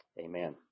amen